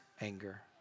anger